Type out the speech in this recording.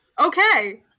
Okay